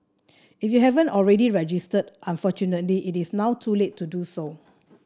if you haven't already registered unfortunately it is now too late to do so